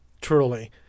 Truly